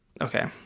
okay